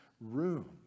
room